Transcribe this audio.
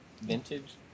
Vintage